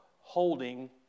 holding